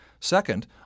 Second